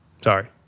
sorry